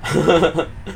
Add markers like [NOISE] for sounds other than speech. [LAUGHS]